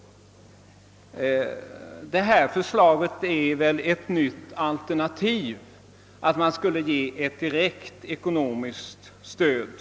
Det nu föreliggande förslaget är ett nytt alternativ. Det innebär att man skulle ge ett direkt ekonomiskt stöd.